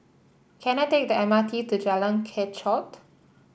can I take the M R T to Jalan Kechot